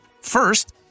First